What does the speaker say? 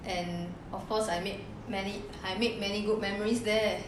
and of course I made many I made many good memories there